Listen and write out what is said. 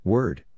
Word